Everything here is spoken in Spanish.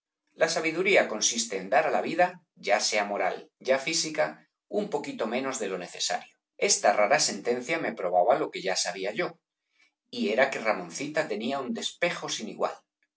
la sabiduría consiste en dar á la vida ya sea moral ya física un poquitito menos de lo necesario esta rara sentencia me probaba lo que ya sabía yo y era que ramoncita tenía un despejo sin igual